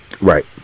Right